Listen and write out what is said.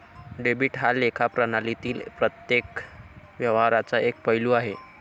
debit हा लेखा प्रणालीतील प्रत्येक व्यवहाराचा एक पैलू आहे